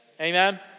Amen